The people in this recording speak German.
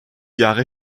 jahre